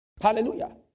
Hallelujah